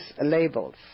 labels